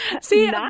See